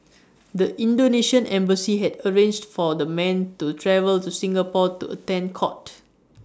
the Indonesian embassy had arranged for the men to travel to Singapore to attend court